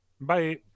Bye